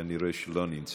אני רואה שהוא לא נמצא.